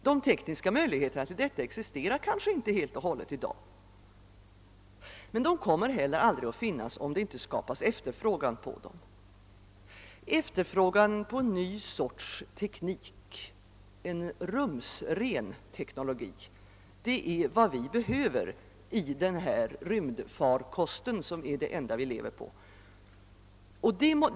De tekniska möjligheterna till detta existerar kanske inte helt och hållet i dag, men de kommer heller aldrig att finnas, om det inte skapas efterfrågan på dem. Efterfrågan på en ny sorts teknik, en rumsren teknologi, är vad vi behöver i den rymdfarkost där vi lever.